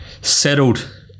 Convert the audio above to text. settled